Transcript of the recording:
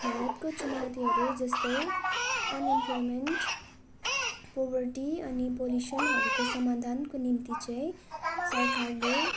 भारतको चुनौतीहरू जस्तै अनइम्प्लोयमेन्ट पोभर्टी अनि पल्युसनहरूको समाधानको निम्ति चाहिँ सरकारले